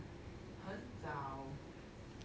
很早